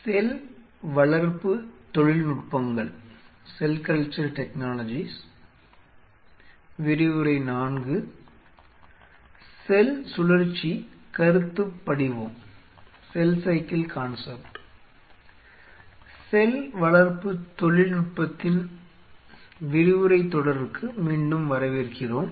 செல் வளர்ப்பு தொழில்நுட்பத்தின் விரிவுரை தொடருக்கு மீண்டும் வரவேற்கிறோம்